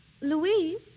Louise